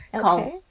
called